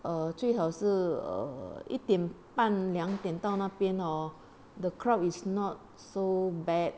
err 最好是 err 一点半两点到那边 hor the crowd is not so bad